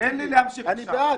אני בעד,